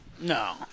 No